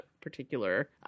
particular